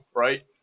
right